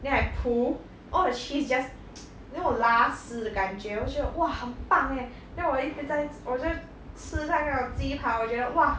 then I pull all the cheese just you know 有拉丝的感觉我就觉得哇很棒 leh then 我一直在吃我就吃那个鸡扒我觉得哇